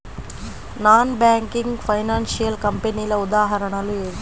Non banking financial కంపెనీల ఉదాహరణలు ఏమిటి?